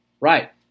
Right